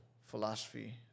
philosophy